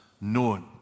known